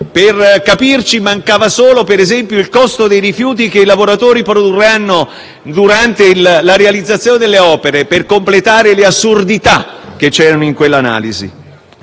per capirci, mancava solo il costo dei rifiuti che i lavoratori produrranno durante la realizzazione delle opere per completare le assurdità contenute in quell'analisi.